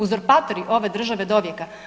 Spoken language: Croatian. Uzurpatori ove države dovijeka?